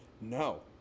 No